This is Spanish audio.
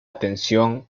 atención